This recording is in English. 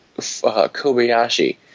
Kobayashi